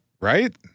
right